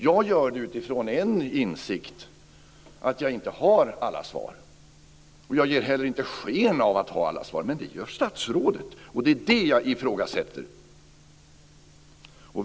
Jag gör det utifrån en insikt om att jag inte har alla svar. Jag ger heller inte sken av att ha alla svar. Men det gör statsrådet. Det är det jag ifrågasätter.